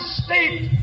state